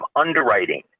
underwriting